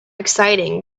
exciting